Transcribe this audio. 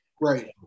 Right